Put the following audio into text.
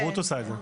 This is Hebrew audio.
רות עושה את זה.